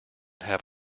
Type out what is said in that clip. have